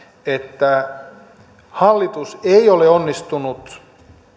että hallitus ei ole onnistunut